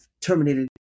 Terminated